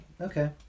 Okay